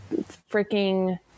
freaking